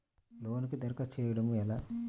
లోనుకి దరఖాస్తు చేయడము ఎలా?